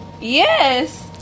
Yes